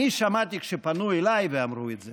אני שמעתי כשפנו אליי ואמרו את זה